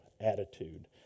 attitude